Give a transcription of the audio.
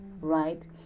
right